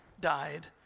died